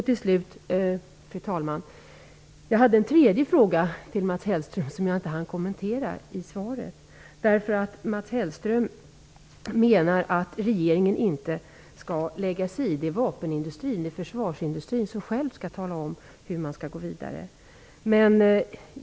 Till slut, fru talman, hade jag en tredje fråga till Mats Hellström som jag inte hann kommentera i svaret. Mats Hellström menar att regeringen inte skall lägga sig i - det är vapenindustrin, försvarsindustrin, som själv skall tala om hur man skall gå vidare.